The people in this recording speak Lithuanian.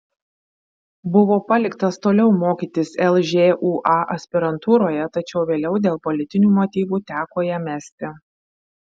buvo paliktas toliau mokytis lžūa aspirantūroje tačiau vėliau dėl politinių motyvų teko ją mesti